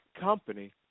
company